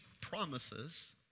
promises